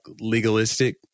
legalistic